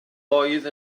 oedd